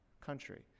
country